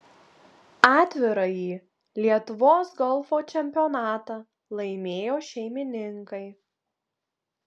atvirąjį lietuvos golfo čempionatą laimėjo šeimininkai